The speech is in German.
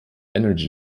energy